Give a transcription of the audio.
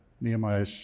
Nehemiah